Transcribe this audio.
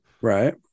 right